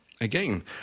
Again